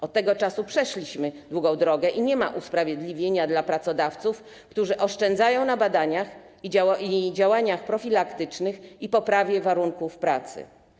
Od tego czasu przeszliśmy długą drogę i nie ma usprawiedliwienia dla pracodawców, którzy oszczędzają na badaniach, działaniach profilaktycznych i poprawie warunków pracy.